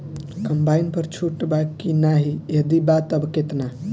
Combine पर छूट बा की नाहीं यदि बा त केतना?